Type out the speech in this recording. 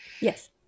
Yes